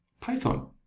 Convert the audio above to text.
python